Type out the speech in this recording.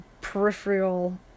peripheral